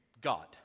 God